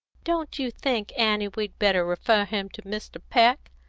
don't you think, annie, we'd better refer him to mr. peck?